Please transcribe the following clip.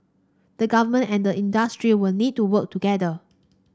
the government and the industry will need to work together